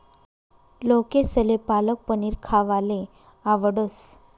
लोकेसले पालक पनीर खावाले आवडस